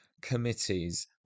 committees